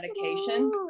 medication